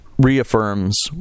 reaffirms